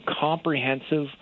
comprehensive